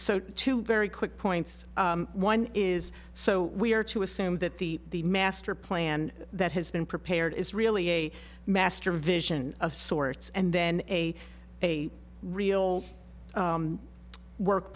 so two very quick points one is so we are to assume that the master plan that has been prepared is really a master vision of sorts and then a a real work